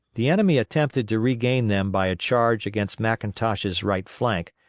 the enemy attempted to regain them by a charge against mcintosh's right flank,